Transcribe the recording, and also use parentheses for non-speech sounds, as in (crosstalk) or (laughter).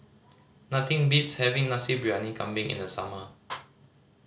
nothing beats having Nasi Briyani Kambing in the summer (noise)